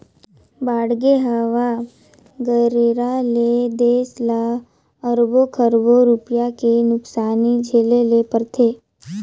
बाड़गे, हवा गरेरा ले देस ल अरबो खरबो रूपिया के नुकसानी झेले ले परथे